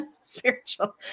spiritual